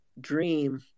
dream